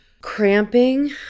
Cramping